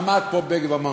עמד פה בגין ואמר: